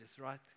right